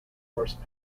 horse